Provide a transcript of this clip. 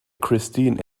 christine